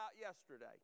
yesterday